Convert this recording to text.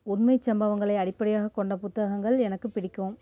உண்மைச்சம்பவங்களை அடிப்படையாக கொண்ட புத்தகங்கள் எனக்கு பிடிக்கும்